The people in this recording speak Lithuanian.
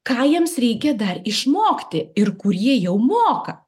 ką jiems reikia dar išmokti ir kur jie jau moka